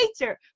nature